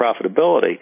profitability